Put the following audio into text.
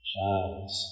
Shines